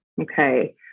okay